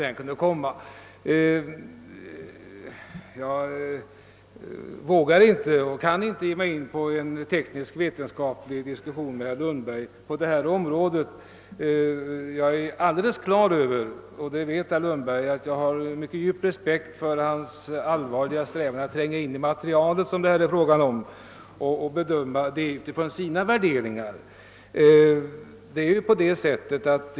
Jag vågar och kan inte ge mig in på en tekniskt-vetenskaplig diskussion med herr Lundberg på detta område. Herr Lundberg vet att jag har en mycket djup respekt för hans allvarliga strävan att tränga in i det material, som det gäller, och att bedöma det från sina värderingar.